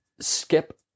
Skip